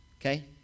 Okay